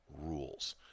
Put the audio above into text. rules